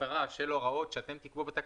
הפרה של הוראות שאתם תקבעו בתקנות,